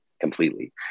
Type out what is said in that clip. completely